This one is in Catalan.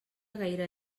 gaire